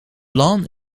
blanc